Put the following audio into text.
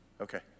Okay